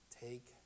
Take